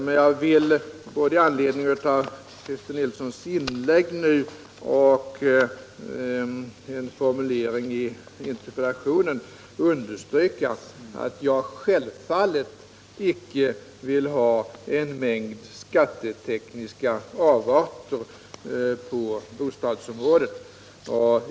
Både i anledning av Christer Nilssons anförande och i anledning av en formulering i interpellationen vill jag emellertid understryka att jag självfallet icke vill ha en mängd skattetekniska avarter på bostadsområdet.